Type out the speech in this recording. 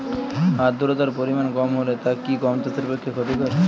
আর্দতার পরিমাণ কম হলে তা কি গম চাষের পক্ষে ক্ষতিকর?